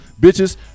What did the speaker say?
Bitches